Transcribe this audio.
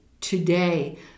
today